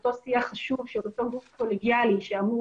אותו שיח חשוב של אותו גוף קולגיאלי שאמור